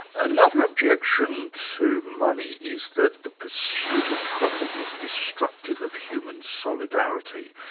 another objection to money is that the pursuit of profit is destructive of human solidarity.